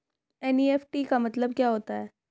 NEFT का मतलब क्या होता है?